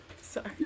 sorry